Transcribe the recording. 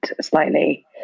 slightly